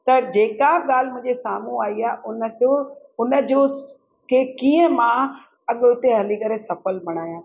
त जेका ॻाल्हि मूंखे साम्हूं आई आहे हुनजो हुनजो की कीअं मां अॻिते हली करे सफ़ल बणाया